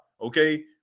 okay